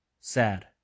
Sad